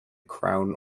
crown